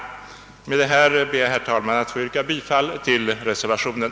Herr talman! Med det anförda ber jag att få yrka bifall till reservationen.